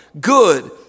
good